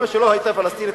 אמא שלו היתה פלסטינית,